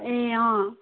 ए